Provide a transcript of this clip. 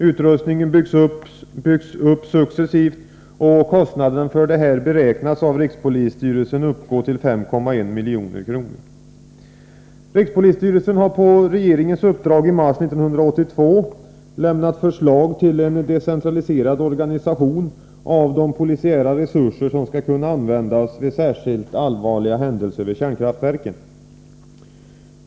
Utrustningen byggs upp successivt, och kostnaderna för den beräknas av rikspolisstyrelsen uppgå till 5,1 milj.kr. Rikspolisstyrelsen har på regeringens uppdrag i mars 1982 lämnat förslag till en decentraliserad organisation av de polisiära resurser som skall kunna användas vid särskilt allvarliga händelser vid kärnkraftverken.